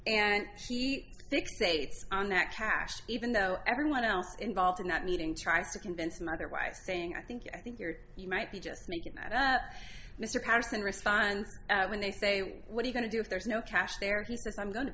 and she states on that cash even though everyone else involved in that meeting tries to convince him otherwise saying i think i think you're you might be just making that up mr patterson responds when they say what are you going to do if there's no cash there he says i'm going to